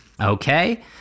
Okay